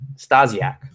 stasiak